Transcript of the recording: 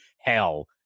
hell